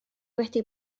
wedi